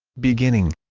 beginning